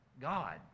God